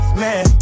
man